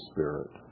Spirit